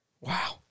Wow